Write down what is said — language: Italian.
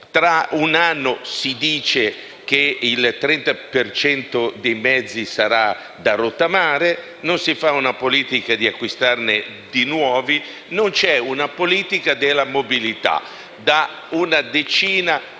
Tra un anno, si dice, il 30 per cento dei mezzi sarà da rottamare; non si fa una politica di acquisto di nuovi mezzi e non c'è una politica della mobilità da una decina,